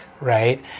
Right